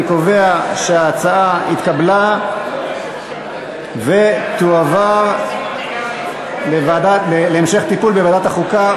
אני קובע שההצעה התקבלה ותועבר להמשך טיפול בוועדת החוקה,